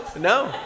no